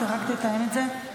רק תתאם את זה.